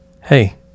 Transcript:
Hey